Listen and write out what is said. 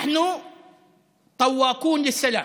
מתייחסים אלינו,